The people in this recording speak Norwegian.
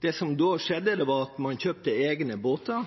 Det som da skjedde, var at man kjøpte egne båter